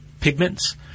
pigments